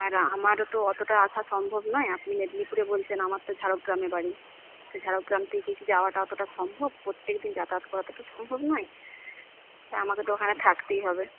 আর আমারও তো অতটা আসা সম্ভব নয় আপনি মেদিনীপুরে বলছেন আমার তো ঝাড়গ্রামে বাড়ি তো ঝাড়গ্রাম থেকে কি যাওয়াটা অতটা সম্ভব প্রত্যেকদিন যাতায়াত করাটা তো সম্ভব নয় তাই আমাকে তো ওখানে থাকতেই হবে